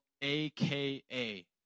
AKA